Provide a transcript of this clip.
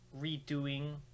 redoing